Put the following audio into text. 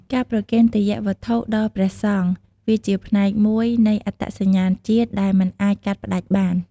ការប្រគេនទេយ្យវត្ថុដល់ព្រះសង្ឃ វាជាផ្នែកមួយនៃអត្តសញ្ញាណជាតិដែលមិនអាចកាត់ផ្ដាច់បាន។